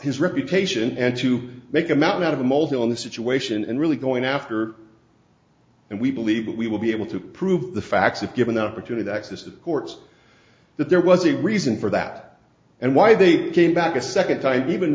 his reputation and to make a mountain out of a molehill in this situation and really going after and we believe that we will be able to prove the facts if given the opportunity to access the courts that there was a reason for that and why they came back a second time even